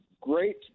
great